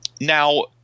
Now